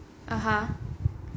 (uh huh)